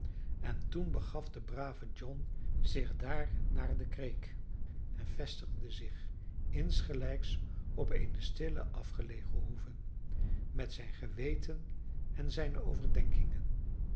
en toen begaf de brave john zich daar naar de kreek en vestigde zich insgelijks op eene stille afgelegen hoeve met zijn geweten en zijne overdenkingen